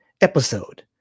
episode